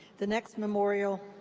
the next memorial